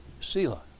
Selah